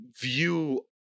view